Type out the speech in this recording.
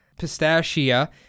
pistachia